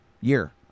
year